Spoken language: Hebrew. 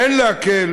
אין להקל